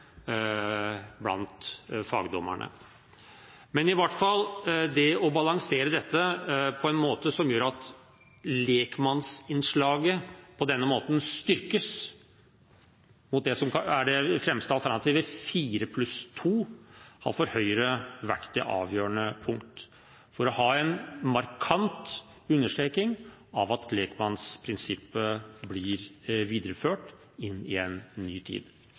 blant fagdommerne. Men i hvert fall: Det å balansere dette på en måte som gjør at lekmannsinnslaget på denne måten styrkes, mot det som er det fremste alternativet: fire pluss to, har for Høyre vært det avgjørende punkt for å ha en markant understreking av at lekmannsprinsippet blir videreført inn i en ny tid.